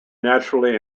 naturally